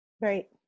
Right